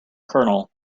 colonel